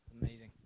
Amazing